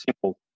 simple